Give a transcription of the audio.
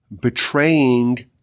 betraying